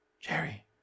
jerry